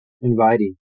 inviting